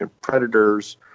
predators